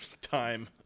time